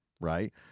right